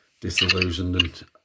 disillusioned